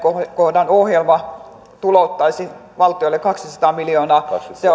kohdan ohjelma tulouttaisi valtiolle kaksisataa miljoonaa